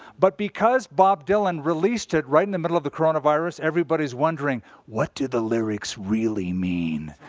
but because bob dylan released it right in the middle of the coronavirus, everybody's wondering, what do the lyrics really mean?